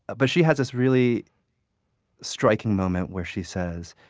but she has this really striking moment where she says,